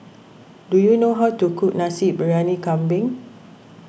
do you know how to cook Nasi Briyani Kambing